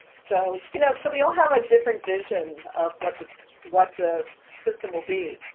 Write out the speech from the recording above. so you know, so we all have a different vision of what the what the system will be.